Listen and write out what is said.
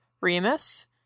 Remus